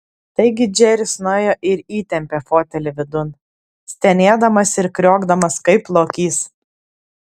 taigi džeris nuėjo ir įtempė fotelį vidun stenėdamas ir kriokdamas kaip lokys